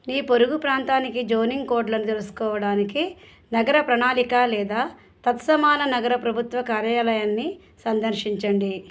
మీ పొరుగు ప్రాంతానికి జోనింగ్ కోడ్లను తెలుసుకోడానికి నగర ప్రణాళిక లేదా తత్సమాన నగర ప్రభుత్వ కార్యాలయాల్ని సందర్శించండి